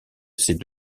ces